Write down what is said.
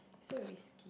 it's so risky